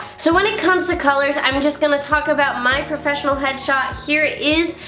so when it comes to colors i'm just gonna talk about my professional headshot here is.